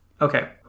Okay